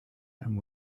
and